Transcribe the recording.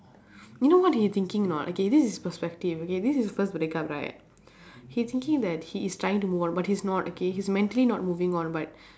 you know what they thinking or not okay this is perspective okay this is first break up right he thinking that he is trying to move on but he is not okay he is mentally not moving on but